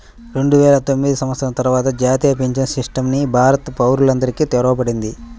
రెండువేల తొమ్మిది సంవత్సరం తర్వాత జాతీయ పెన్షన్ సిస్టమ్ ని భారత పౌరులందరికీ తెరవబడింది